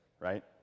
right